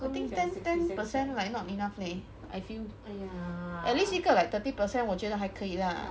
I think ten ten percent like not enough leh I feel at least like 一个 thirty percent I think 还可以 lah